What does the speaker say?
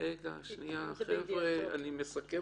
--- שנייה חבר'ה, אני רק מסכם.